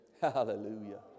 Hallelujah